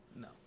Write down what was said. No